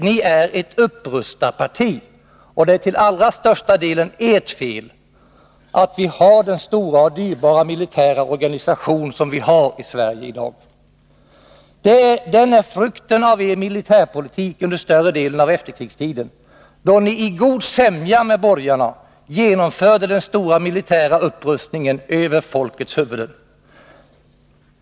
Ni är ett upprustarparti, och det är till allra största delen ert fel att vi har den stora och dyrbara militära organisation som vi har i Sverige i dag. Den är frukten av er militärpolitik under större delen av efterkrigstiden, då ni i god sämja med borgarna genomförde den stora militära upprustningen över folkets huvuden.